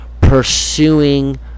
pursuing